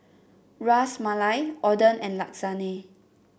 Ras Malai Oden and Lasagne